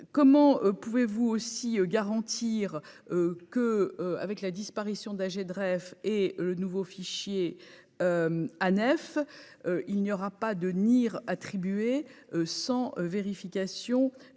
comment pouvez-vous aussi garantir que, avec la disparition d'âgé de rêve et le nouveau fichier à neuf il n'y aura pas de Near attribué sans vérification